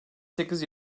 sekiz